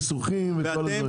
ניסוחים וכל הדברים.